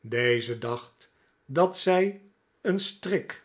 deze dacht dat zij een strik